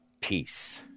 peace